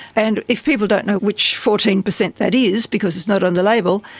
and if people don't know which fourteen percent that is, because it's not on the label,